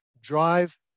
Drive